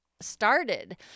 started